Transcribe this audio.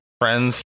friends